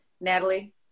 Natalie